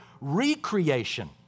recreation